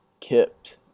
kipped